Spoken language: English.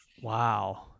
Wow